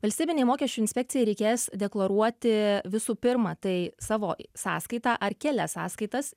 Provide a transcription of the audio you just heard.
valstybinei mokesčių inspekcijai reikės deklaruoti visų pirma tai savo sąskaitą ar kelias sąskaitas